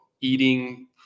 eating